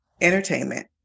entertainment